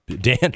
Dan